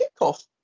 kickoff